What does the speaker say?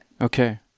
okay